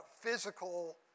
physical